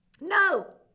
No